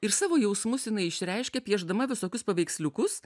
ir savo jausmus jinai išreiškia piešdama visokius paveiksliukus